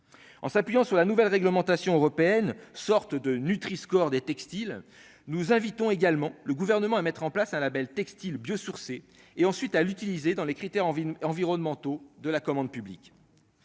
en s'appuyant sur la nouvelle réglementation européenne, sorte de Nutri score des textiles, nous invitons également le gouvernement à mettre en place un Label textiles bio-sourcés et ensuite à l'utiliser dans les critères environnementaux de la commande publique,